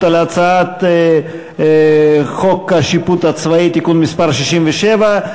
על הצעת חוק השיפוט הצבאי (תיקון מס' 67)